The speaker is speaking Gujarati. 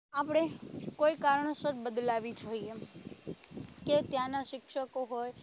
આપણે કોઈ કારણોસર બદલાવી જોઈએ કે ત્યાંનાં શિક્ષકો હોય